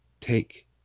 take